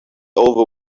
over